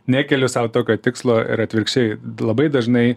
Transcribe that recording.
nekeliu sau tokio tikslo ir atvirkščiai labai dažnai